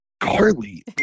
Carly